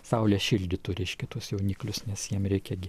saulė šildytų reiškia tuos jauniklius nes jiem reikia gi